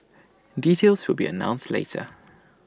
details will be announced later